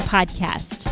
Podcast